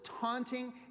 taunting